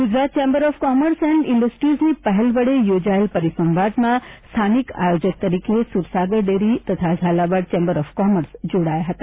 Gujarat chambers of commerce and ઇન્ડસ્ટ્રીઝની પહેલ વડે યોજાયેલા પરિસંવાદમાં સ્થાનિક આયોજક તરીકે સૂરસાગર ડેરી તથા ઝાલાવાડ ચેમ્બર્સ ઓફ કોમર્સ જોડાયા હતા